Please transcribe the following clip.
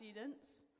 students